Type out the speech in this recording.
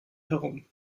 herum